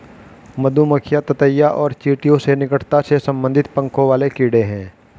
मधुमक्खियां ततैया और चींटियों से निकटता से संबंधित पंखों वाले कीड़े हैं